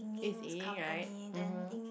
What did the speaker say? it's Yi-Ying right mmhmm